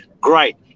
great